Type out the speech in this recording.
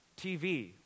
TV